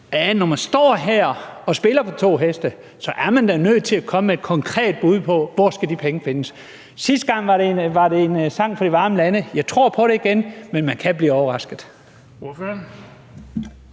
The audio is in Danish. når man står her og spiller på to heste, er man da nødt til at komme med et konkret bud på, hvor de penge skal findes. Sidste gang var det en sang fra de varme lande. Jeg tror på, at det bliver sådan igen, men man kan blive overrasket.